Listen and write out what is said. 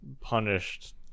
punished